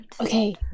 Okay